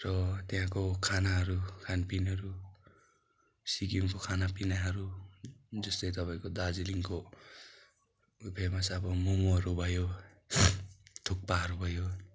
र त्यहाँको खानाहरू खानपिनहरू सिक्किमको खानापिनाहरू जस्तै तपाईँको दार्जिलिङको फेमस अब मोमोहरू भयो थुक्पाहरू भयो